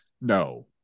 no